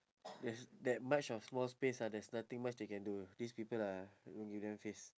it's that much of small space ah there's nothing much they can do these people ah don't give them face